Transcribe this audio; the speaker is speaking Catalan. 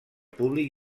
públic